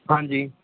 ਹਾਂਜੀ